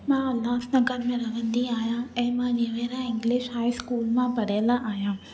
मां उल्हासनगर में रहंदी आहियां ऐं निवेरा इंग्लिश हाई स्कूल मां पढ़ियलु आहियां